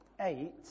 eight